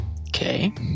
Okay